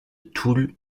toul